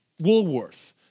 Woolworth